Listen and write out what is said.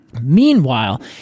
Meanwhile